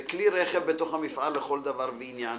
זה כלי רכב בתוך המפעל לכל דבר ועניין.